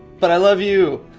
but i love you!